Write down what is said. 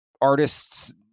artists